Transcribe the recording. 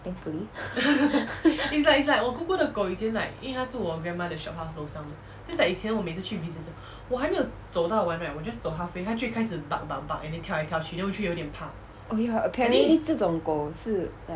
thankfully oh ya apparently 这种狗是